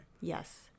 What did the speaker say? Yes